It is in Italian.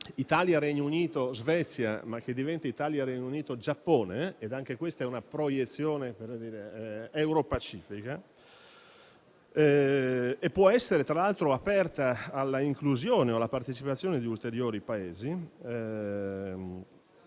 Italia, Regno Unito e Svezia, ma che diventa Italia, Regno Unito e Giappone (ed anche questa è una proiezione europacifica), e può essere, tra l'altro, aperta all'inclusione e alla partecipazione di ulteriori Paesi.